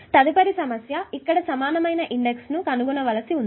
తదుపరి సమస్య ఇక్కడ సమానమైన ఇండక్టెన్స్ కనుగొనవలసి ఉంది